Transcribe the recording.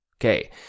Okay